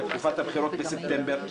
בתקופת הבחירות בספטמבר,